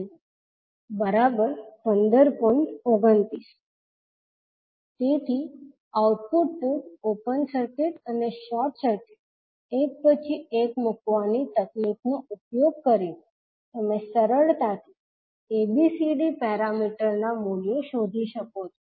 29 તેથી output port open circuit અને short circuit એક પછી એક મુકવાની તકનીકનો ઉપયોગ કરીને તમે સરળતાથી ABCD પેરામીટર ના મૂલ્યો શોધી શકો છો